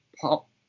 pop